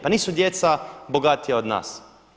Pa nisu djeca bogatija od nas.